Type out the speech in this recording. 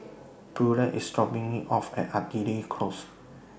Beulah IS dropping Me off At Artillery Close